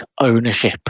ownership